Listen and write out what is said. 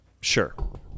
Sure